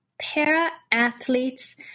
Para-athletes